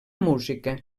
música